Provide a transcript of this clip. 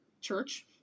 Church